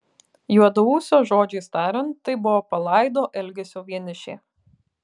juodaūsio žodžiais tariant tai buvo palaido elgesio vienišė